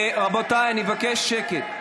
רבותיי, אני מבקש שקט.